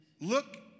look